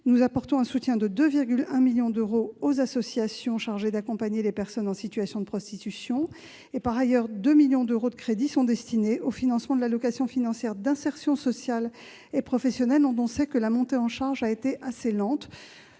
nous apportons un soutien de 2,1 millions d'euros aux associations chargées d'accompagner les personnes en situation de prostitution. Par ailleurs, 2 millions d'euros de crédits sont destinés à l'aide financière d'insertion sociale et professionnelle, dont on sait que la montée en charge a été assez lente.